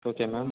okay ma'am